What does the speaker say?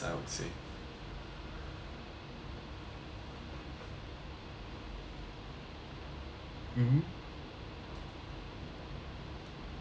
mmhmm